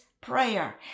prayer